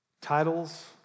Titles